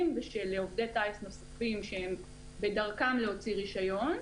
ושל עובדי טיס נוספים שהם בדרכם להוציא רישיון,